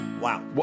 Wow